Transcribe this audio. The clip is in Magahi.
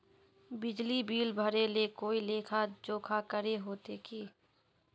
बिजली बिल भरे ले कोई लेखा जोखा करे होते की?